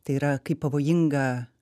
tai yra kaip pavojinga